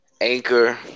Anchor